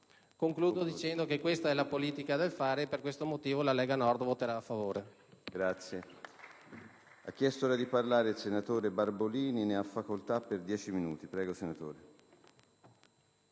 affermando che questa è la politica del fare e per questo motivo la Lega Nord voterà a favore